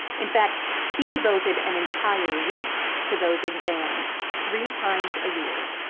in fact, she devoted an entire week to those exams three times a year.